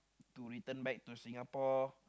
to return back to Singapore